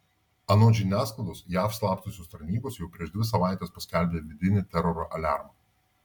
anot žiniasklaidos jav slaptosios tarnybos jau prieš dvi savaites paskelbė vidinį teroro aliarmą